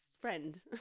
friend